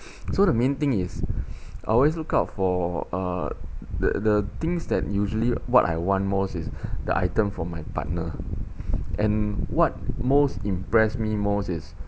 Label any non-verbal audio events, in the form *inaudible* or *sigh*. so the main thing is *breath* I always look out for uh the the things that usually what I want most is the item from my partner and what most impressed me most is